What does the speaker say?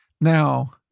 Now